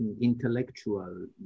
intellectual